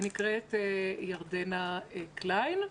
היא נקראת "ירדנה קליין",